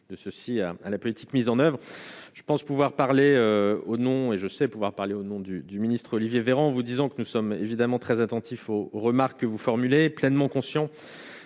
de ceux-ci à la politique mise en oeuvre, je pense pouvoir parler au nom et je sais pouvoir parler au nom du du ministre Olivier Véran vous disant que nous sommes évidemment très attentifs au remarque que vous formulez pleinement conscient